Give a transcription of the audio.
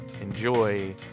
enjoy